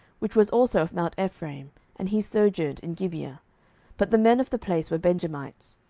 which was also of mount ephraim and he sojourned in gibeah but the men of the place were benjamites.